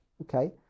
Okay